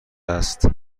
است